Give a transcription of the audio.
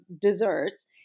desserts